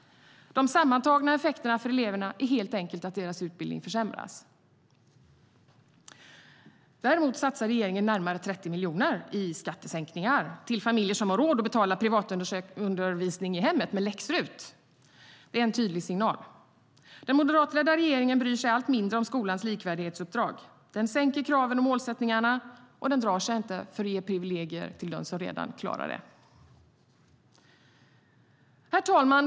De sammantagna effekterna för eleverna är helt enkelt att deras utbildning försämras. Däremot satsar regeringen närmare 30 miljoner i skattesänkningar till familjer som har råd att betala privatundervisning i hemmet med läx-RUT. Det är en tydlig signal. Den moderatledda regeringen bryr sig allt mindre om skolans likvärdighetsuppdrag. Den sänker kraven och målsättningarna, och den drar sig inte för att ge privilegier till den som redan har det bra. Herr talman!